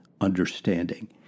understanding